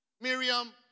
Miriam